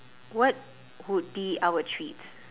what would be our treats